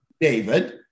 David